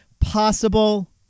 possible